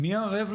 חופשי,